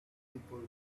people